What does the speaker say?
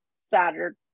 Saturday